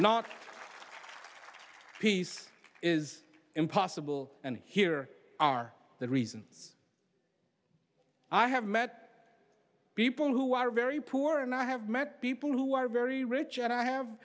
not peace is impossible and here are the reasons i have met people who are very poor and i have met people who are very rich and i have